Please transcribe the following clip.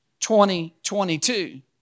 2022